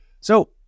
So-